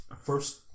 First